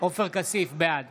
בעד